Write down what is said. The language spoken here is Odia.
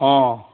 ହଁ